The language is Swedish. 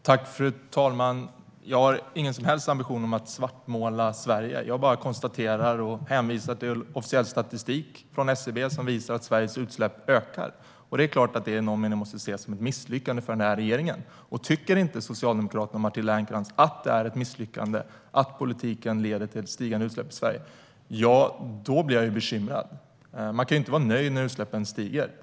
Fru talman! Jag har ingen som helst ambition att svartmåla Sverige; jag bara konstaterar, med hänvisning till officiell statistik från SCB, att Sveriges utsläpp ökar. Det är klart att det i någon mening måste ses som ett misslyckande för den här regeringen. Tycker inte Socialdemokraterna och Matilda Ernkrans att det är ett misslyckande att politiken leder till stigande utsläpp i Sverige blir jag bekymrad. Man kan ju inte vara nöjd när utsläppen stiger.